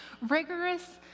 rigorous